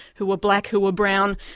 who were black, who were brown,